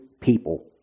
people